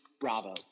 bravo